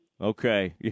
Okay